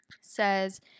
says